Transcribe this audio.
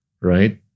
right